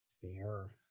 fair